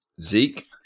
Zeke